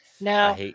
Now